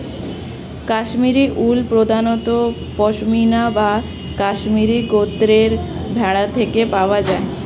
Kashmiri wool প্রধানত পশমিনা বা কাশ্মীরি গোত্রের ভেড়া থেকে পাওয়া যায়